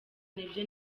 n’ibyo